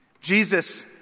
Jesus